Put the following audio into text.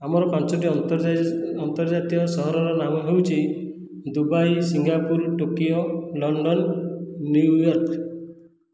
ଆମର ପାଞ୍ଚୋଟି ଅନ୍ତର୍ଜାତୀୟ ସହରର ନାମ ହେଉଛି Dubai Singapore Tokyo London New York